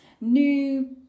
new